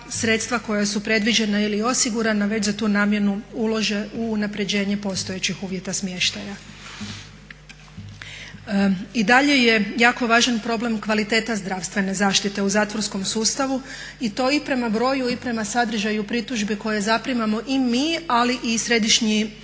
sredstva koja su predviđena ili osigurana već za tu namjenu ulože u unapređenje postojećih uvjeta smještaja. I dalje je jako važan problem kvaliteta zdravstvene zaštite u zatvorskom sustavu i to i prema broju i prema sadržaju pritužbe koje zaprimamo i mi ali i Središnji